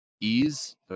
ease